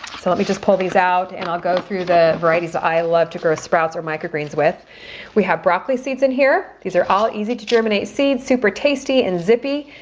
so let me just pull these out and i'll go through the varieties i love to grow sprouts or microgreens with we have broccoli seeds in here these are all easy to germinate seeds super tasty and zippy.